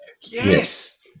Yes